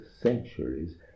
centuries